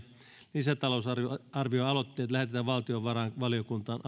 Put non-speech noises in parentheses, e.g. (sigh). lisätalousarvioaloitteet lähetetään valtiovarainvaliokuntaan (unintelligible)